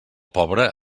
pobre